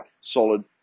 solid